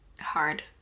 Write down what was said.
hard